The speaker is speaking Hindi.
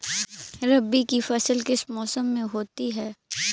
रबी की फसल किस मौसम में होती है?